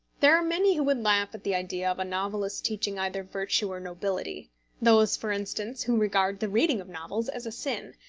there are many who would laugh at the idea of a novelist teaching either virtue or nobility those, for instance, who regard the reading of novels as a sin,